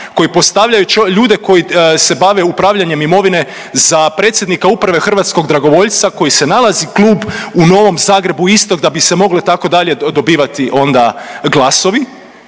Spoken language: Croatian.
koji postavljaju ljude koji se bave upravljanjem imovine za predsjednika Uprave Hrvatskog dragovoljca koji se nalazi klub u Novom Zagrebu istok da bi se mogle tako dalje dobivati onda glasovi